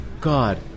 God